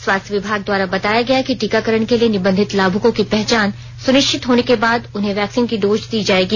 स्वास्थ्य विभाग द्वारा बताया गया कि टीकाकरण के लिए निबंधित लाभुकों की पहचान सुनिश्चित होने के बाद उन्हें वैक्सीन की डोज दी जाएगी